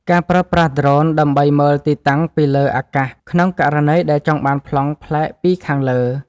ការប្រើប្រាស់ដ្រូន ដើម្បីមើលទីតាំងពីលើអាកាស ក្នុងករណីដែលចង់បានប្លង់ប្លែកពីខាងលើ។